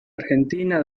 argentina